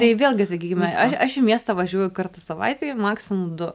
tai vėlgi sakykime aš į miestą važiuoju kartą savaitėj maksimum du